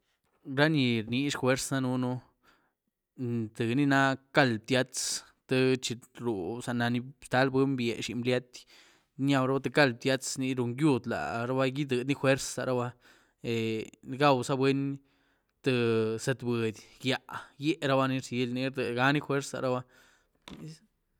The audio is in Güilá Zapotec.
Ra ní rniezh guerz danën, tïé ni náh cald btiatz, tïe chi ruu, zná ztaal buny biee xiny bliaty, nyauraba tïé cald btiatz, ní run yúd larubaa idiedyni guerz laruba gwauza buny tïé zatbudy gyíá, gyíérabaní rzily, rdiedganí guerz laraba.